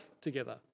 together